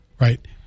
right